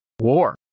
war